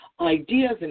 ideas